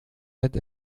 ert